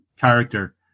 character